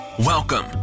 Welcome